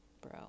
bro